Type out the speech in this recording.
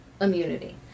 immunity